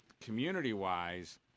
community-wise